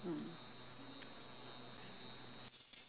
mm